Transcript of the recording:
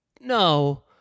no